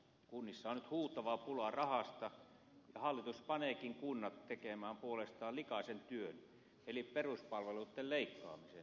kunnissa on nyt huutava pula rahasta ja hallitus paneekin kunnat tekemään puolestaan likaisen työn eli peruspalveluitten leikkaamisen